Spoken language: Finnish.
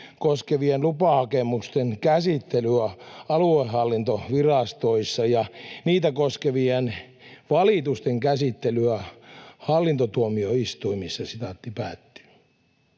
koskevien lupahakemusten käsittelyä aluehallintovirastoissa ja niitä koskevien valitusten käsittelyä hallintotuomioistuimissa”. Tällainen